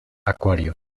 acuario